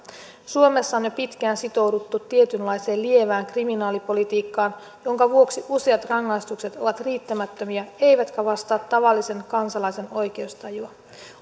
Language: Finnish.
suomessa on jo pitkään sitouduttu tietynlaiseen lievään kriminaalipolitiikkaan jonka vuoksi useat rangaistukset ovat riittämättömiä eivätkä vastaa tavallisen kansalaisen oikeustajua